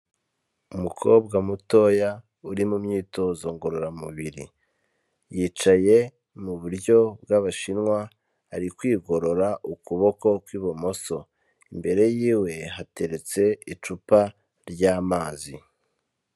Umukobwa mutoya uri mu myitozo ngororamubiri, yicaye mu buryo bw'abashinwa, ari kwigorora ukuboko kw'ibumoso, imbere yiwe hateretse icupa ry'amazi.